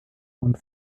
und